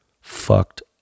fucked